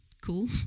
cool